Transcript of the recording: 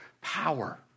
power